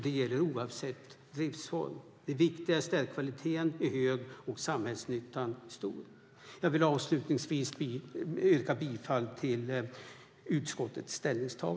Det gäller oavsett driftsform. Det viktiga är att kvaliteten är hög och samhällsnyttan stor. Jag vill avslutningsvis yrka bifall till utskottets förslag.